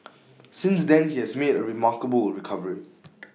since then he has made A remarkable recovery